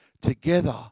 together